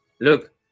Look